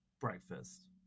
breakfast